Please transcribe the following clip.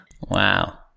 Wow